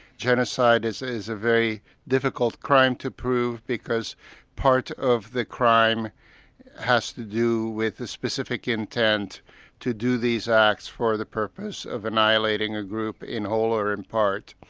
genocide is is a very difficult crime to prove because part of the crime has to do with the specific intent to do these acts for the purpose of annihilating a group in whole or in part.